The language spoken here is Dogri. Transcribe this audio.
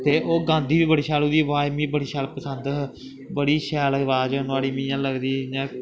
ते ओह् गांदी बी बड़े शैल ओह्दी अवाज़ मिगी बड़ी शैल पसंद ही बड़ी शैल अवाज़ नुहाड़ी मिगी इ'यां लगदी इ'यां